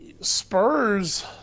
Spurs